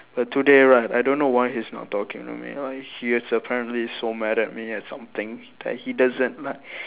but today right I don't know why he's not talking to me like he is apparently so mad at me at something that he doesn't like